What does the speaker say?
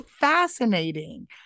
fascinating